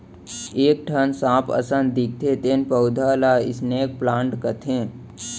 एक ठन सांप असन दिखथे तेन पउधा ल स्नेक प्लांट कथें